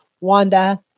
Wanda